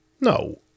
No